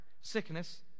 sickness